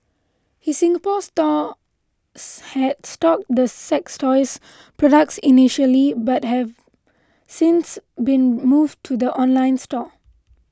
his Singapore store had stocked the sex toys products initially but have since been moved to the online store